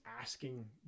asking